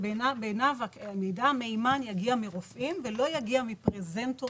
בעיניו, מידע מהימן יגיע מרופאים ולא מפרזנטורים.